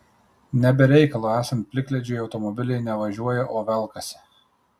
ne be reikalo esant plikledžiui automobiliai ne važiuoja o velkasi